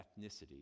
ethnicity